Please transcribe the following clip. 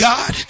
God